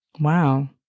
Wow